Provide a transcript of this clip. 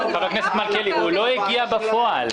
חבר הכנסת מלכיאלי, הוא לא הגיע בפועל.